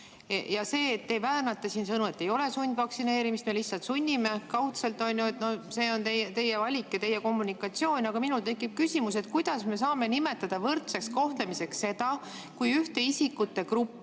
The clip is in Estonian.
See, et te väänate siin sõnu, et ei ole sundvaktsineerimist, vaid me lihtsalt sunnime kaudselt, on teie valik ja teie kommunikatsioon. Aga minul tekib küsimus, kuidas me saame nimetada võrdseks kohtlemiseks seda, kui ühel isikute grupil